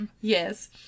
Yes